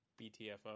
BTFO